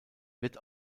wird